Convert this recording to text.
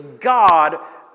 God